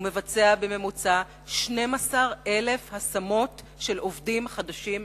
והוא מבצע בממוצע 12,000 השמות של עובדים חדשים בחודש.